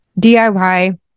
DIY